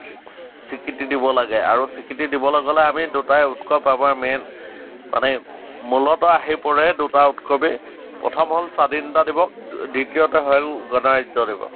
স্ৱীকৃতি দিব লাগে আৰু স্ৱীকৃতি দিবলৈ গ'লে আমি দুটাই উৎসৱ পাৰ্ৱণেই মেইন মানে মূলত আহি পৰে দুটা উৎসৱেই প্ৰথম হ'ল স্ৱাধীনতা দিৱস দ্বিতীয়তে হ'ল গণৰাজ্য দিৱস